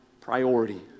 priority